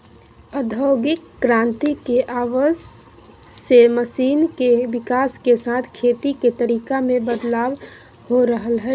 औद्योगिक क्रांति के आवय से मशीन के विकाश के साथ खेती के तरीका मे बदलाव हो रहल हई